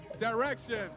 direction